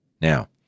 Now